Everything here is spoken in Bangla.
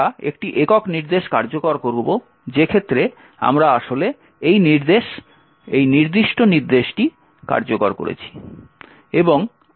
আমরা একটি একক নির্দেশ কার্যকর করব যে ক্ষেত্রে আমরা আসলে এই নির্দিষ্ট নির্দেশটি কার্যকর করেছি